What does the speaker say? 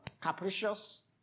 capricious